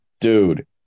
Dude